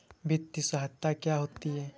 वित्तीय सहायता क्या होती है?